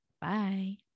Bye